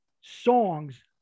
songs